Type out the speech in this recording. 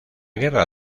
guerra